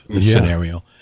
scenario